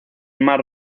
mar